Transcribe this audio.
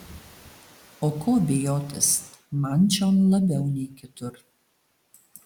o ko bijotis man čion labiau nei kitur